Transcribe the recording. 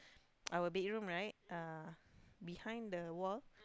our bedroom right behind the wall